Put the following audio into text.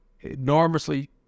enormously